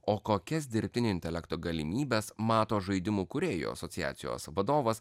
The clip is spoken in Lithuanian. o kokias dirbtinio intelekto galimybes mato žaidimų kūrėjų asociacijos vadovas